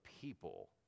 people